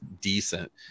decent